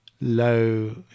low